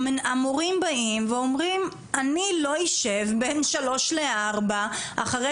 המורים באים ואומרים אני לא אשב בין שלוש לארבע אחרי